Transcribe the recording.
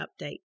update